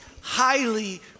highly